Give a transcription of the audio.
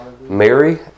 Mary